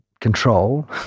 control